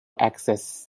axis